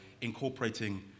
incorporating